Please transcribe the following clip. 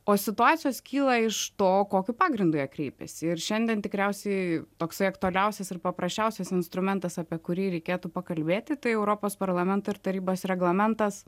o situacijos kyla iš to kokiu pagrindu jie kreipiasi ir šiandien tikriausiai toksai aktualiausias ir paprasčiausias instrumentas apie kurį reikėtų pakalbėti tai europos parlamento ir tarybos reglamentas